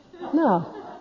No